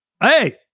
hey